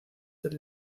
del